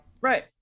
Right